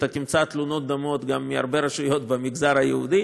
אתה תמצא תלונות דומות גם מהרבה רשויות במגזר היהודי.